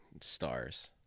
stars